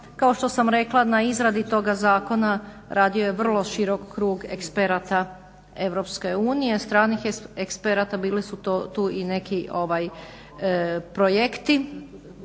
Kao što sam rekla, na izradi toga zakona radio je vrlo širok krug eksperata Europske unije, stranih eksperata, bili su tu i neki projekti